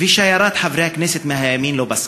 שיירת חברי הכנסת מהימין לא פסקה,